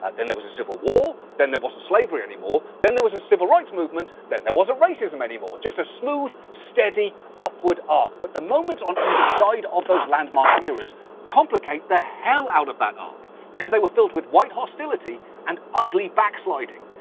then there was a civil war, then there wasn't slavery anymore, then there was the civil rights movement, then there wasn't racism anymore. just a smooth, steady upward arc. but the moment on either side of those landmark eras complicate the hell out of that arc. because they were filled with white hostility, and ugly backsliding.